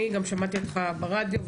גם שמעתי אותך ברדיו.